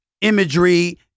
imagery